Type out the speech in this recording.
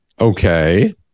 okay